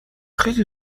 خیلی